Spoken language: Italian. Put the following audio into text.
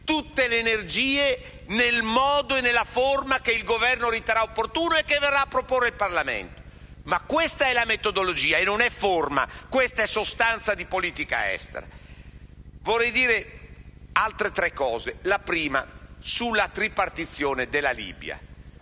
tutte le energie nel modo e nella forma che il Governo riterrà opportuno e che verrà a proporre in Parlamento. Ma questa è la metodologia, e non è forma: questa è sostanza di politica estera. Vorrei poi illustrare altri tre punti. La prima riguarda la tripartizione della Libia.